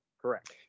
correct